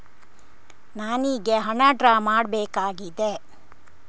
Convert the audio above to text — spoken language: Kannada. ನನಿಗೆ ಹಣ ಡ್ರಾ ಮಾಡ್ಬೇಕಾಗಿದೆ